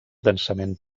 densament